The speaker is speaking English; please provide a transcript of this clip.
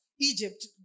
Egypt